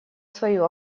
свою